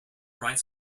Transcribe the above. bright